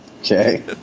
Okay